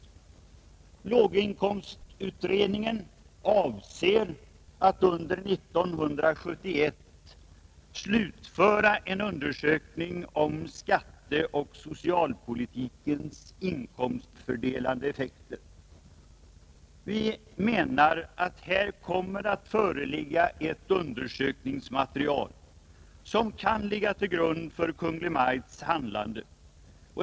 Låginkomstutredningen avser att under 1971 slutföra en undersökning om skatteoch socialpolitikens inkomstfördelande effekter. Vi menar att här kommer att föreligga ett undersökningsmaterial som kan läggas till grund för Kungl. Maj:ts handlande.